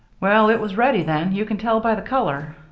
well, it was ready then. you can tell by the color.